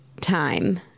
time